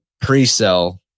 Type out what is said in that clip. pre-sell